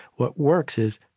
what works is,